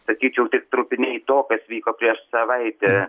sakyčiau tik trupiniai to kas vyko prieš savaitę